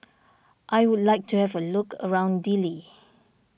I would like to have a look around Dili